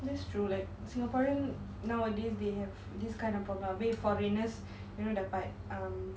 that's true like singaporean nowadays they have this kind of problem I mean foreigners you know dekat um